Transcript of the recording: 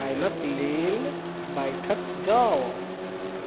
काल्हिक लेल बैठक जाउ